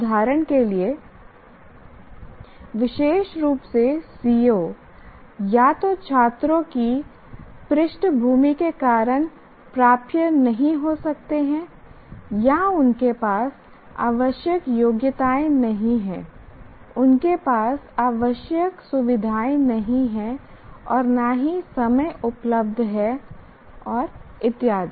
उदाहरण के लिए विशेष रूप से CO या तो छात्रों की पृष्ठभूमि के कारण प्राप्य नहीं हो सकते हैं या उनके पास आवश्यक योग्यताएं नहीं हैं उनके पास आवश्यक सुविधाएं नहीं हैं और न ही समय उपलब्ध है और इत्यादि